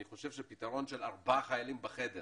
אני חושב שפתרון של ארבעה חיילים בחדר